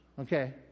Okay